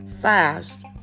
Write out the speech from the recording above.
fast